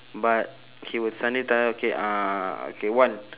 but he would suddenly tell okay uh okay wan